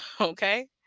Okay